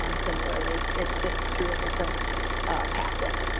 um similarly, it's just through a different pathway.